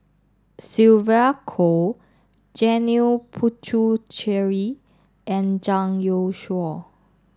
Sylvia Kho Janil Puthucheary and Zhang Youshuo